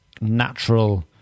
natural